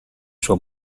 suo